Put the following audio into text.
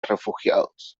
refugiados